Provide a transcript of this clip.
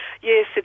yes